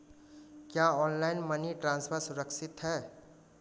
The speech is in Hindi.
क्या ऑनलाइन मनी ट्रांसफर सुरक्षित है?